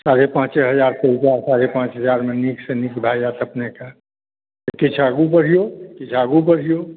साढ़े पाँचे हजारके हुये साढ़े पाँच हजारमे नीकसँ नीक भऽ जायत अपनेके किछु आगूँ बढ़िऔ किछु आगूँ बढ़िऔ